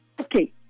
Okay